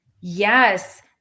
yes